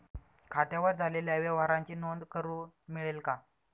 खात्यावर झालेल्या व्यवहाराची नोंद करून मिळेल का?